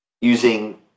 Using